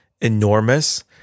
enormous